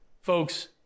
folks